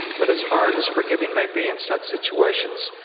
but as hard as forgiving may be in such situations,